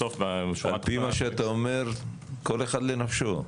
על פי מה שאתה אומר, כל אחד לנפשו.